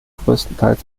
größtenteils